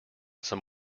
some